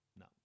no